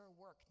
work